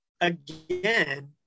again